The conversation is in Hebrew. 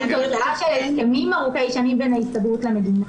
הם תוצאה של הסכמים ארוכי שנים בין ההסתדרות למדינה.